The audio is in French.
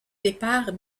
départ